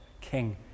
king